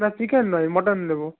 না চিকেন নয় মাটন নেব